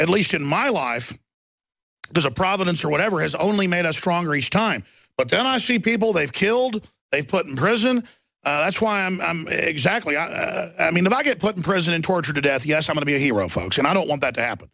at least in my life there's a providence or whatever has only made us stronger each time but then i see people they've killed they've put in prison that's why i'm exactly i mean if i get put in prison and tortured to death yes i want to be a hero folks and i don't want that to happen